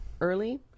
early